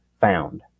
found